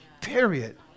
Period